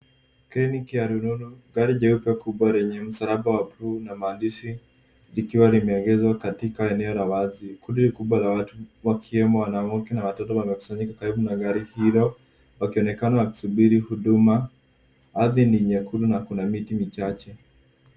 Kliniki ya Luluni. Gari jeupe kubwa lenye msalaba wa buluu na maandishi ikiwa imeegeezwa katika eneo la wazi. Kundi kubwa la watu wakiemo watoto waliokusanyika karibu na gari hilo wakionekana wakisubiri huduma. Ardhi ni nyekundu na kuna miti michache.